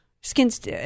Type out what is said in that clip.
Skins